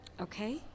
Okay